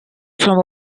from